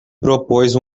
propôs